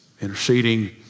interceding